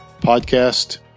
Podcast